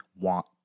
want